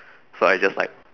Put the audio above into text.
so I just like